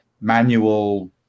manual